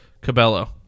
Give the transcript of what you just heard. Cabello